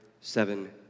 seven